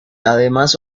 además